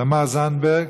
תמר זנדברג,